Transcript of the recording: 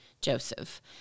Joseph